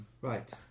Right